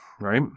right